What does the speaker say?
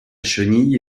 chenille